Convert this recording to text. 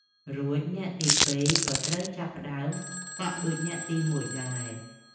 រួចអ្នកទី ២ ក៏ត្រូវចាប់ផ្តើមប៉ក់ដូចអ្នកទី ១ ដែរ។